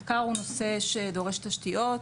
מחקר הוא נושא שדורש תשתיות,